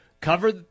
cover